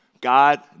God